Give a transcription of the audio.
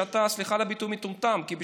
וסליחה על הביטוי: אתה מטומטם,